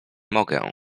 mogę